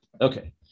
Okay